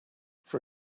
for